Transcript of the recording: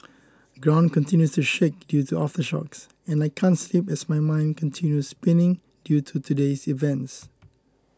ground continues to shake due to aftershocks and I can't sleep as my mind continue spinning due to today's events